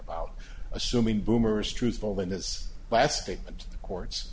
about assuming boomer's truthful in this last statement courts